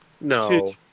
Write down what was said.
No